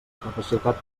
capacitat